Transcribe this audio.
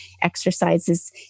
exercises